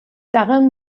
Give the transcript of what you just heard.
daran